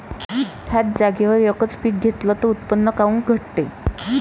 थ्याच जागेवर यकच पीक घेतलं त उत्पन्न काऊन घटते?